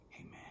Amen